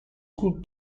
gut